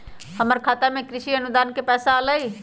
हमर खाता में कृषि अनुदान के पैसा अलई?